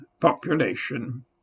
Population